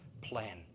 plan